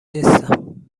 نیستم